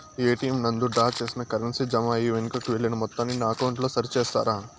ATM నందు draw చేసిన currency జామ అయి వెనుకకు వెళ్లిన మొత్తాన్ని నా అకౌంట్ లో సరి చేస్తారా?